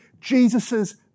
Jesus's